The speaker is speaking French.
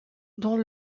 dans